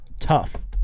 tough